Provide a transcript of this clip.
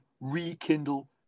rekindle